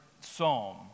psalm